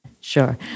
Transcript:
Sure